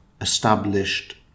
established